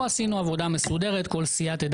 פה עשינו עבודה מסודרת כך שכל סיעה תדע